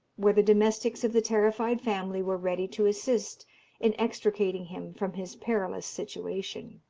where the domestics of the terrified family were ready to assist in extricating him from his perilous situation.